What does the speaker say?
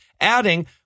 adding